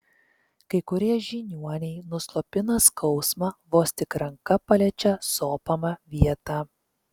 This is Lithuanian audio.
kai kurie žiniuoniai nuslopina skausmą vos tik ranka paliečia sopamą vietą